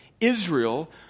Israel